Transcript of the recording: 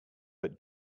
but